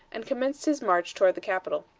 and commenced his march toward the capital.